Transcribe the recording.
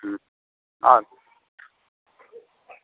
হুম আচ্ছা